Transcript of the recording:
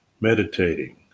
meditating